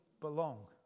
belong